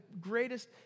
greatest